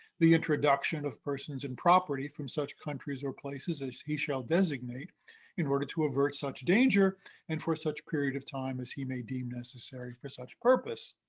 the introduction of persons and property from such countries or places as he shall designate in order to avert such danger and for such period of time as he may deem necessary for such purpose.